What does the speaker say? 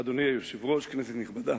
אדוני היושב-ראש, כנסת נכבדה,